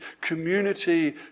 community